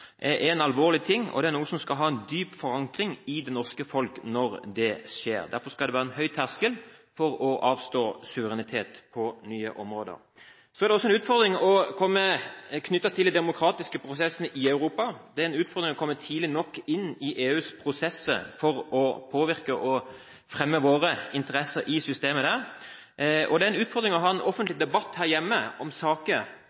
er en alvorlig ting, og det er noe som skal ha en dyp forankring i det norske folk når det skjer. Derfor skal det være en høy terskel for å avstå suverenitet på nye områder. Så er det også en utfordring knyttet til de demokratiske prosessene i Europa. Det er en utfordring å komme tidlig nok inn i EUs prosesser for å påvirke og fremme våre interesser i systemet der. Og det er en utfordring å ha